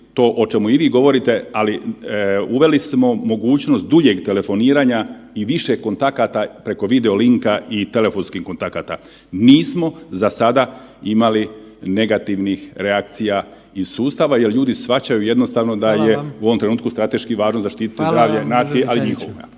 to o čemu i vi govorite, ali uveli smo mogućnost duljeg telefoniranja i više kontakata preko video linka i telefonskih kontakata. Nismo za sada imali negativnih reakcija iz sustava jel ljudi shvaćaju da je u ovom trenutku strateški zaštiti zdravlje nacije, ali i njihovoga.